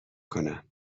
کنم